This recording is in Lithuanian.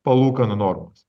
palūkanų normos